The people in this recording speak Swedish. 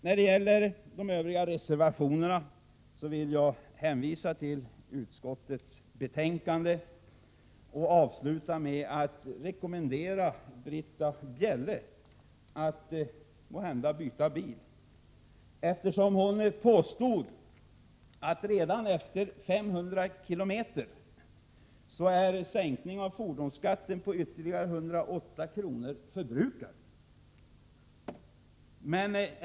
När det gäller de övriga reservationerna vill jag hänvisa till utskottets betänkande och avsluta med att rekommendera Britta Bjelle att måhända byta bil, eftersom hon påstod att redan efter 500 kilometer är sänkningen av fordonsskatten med 108 kr. förbrukad.